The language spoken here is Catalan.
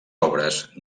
obres